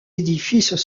édifices